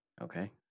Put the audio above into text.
Okay